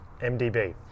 MDB